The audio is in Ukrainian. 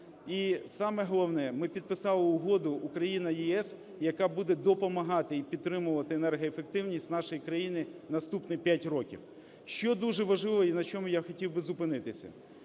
І саме головне, ми підписали Угоду Україна - ЄС, яка буде допомагати і підтримувати енергоефективність в нашій країні наступні 5 років. Що дуже важливо і на чому я хотів би зупинитися?